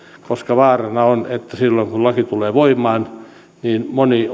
koska vaarana on että silloin kun laki tulee voimaan niin moni